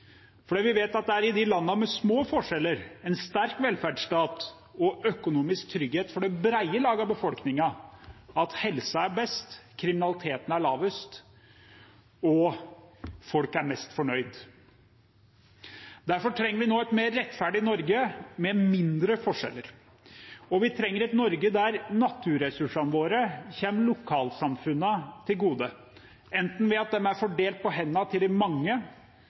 vi vet at det er i de landene med små forskjeller, en sterk velferdsstat og økonomisk trygghet for det breie lag av befolkningen at helsa er best, kriminaliteten er lavest, og folk er mest fornøyd. Derfor trenger vi nå et mer rettferdig Norge, med mindre forskjeller. Vi trenger et Norge der naturressursene våre kommer lokalsamfunnene til gode, enten ved at de er fordelt på hendene til de mange